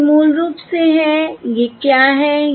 तो ये मूल रूप से हैं ये क्या हैं